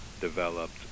developed